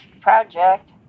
project